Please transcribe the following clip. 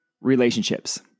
relationships